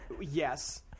Yes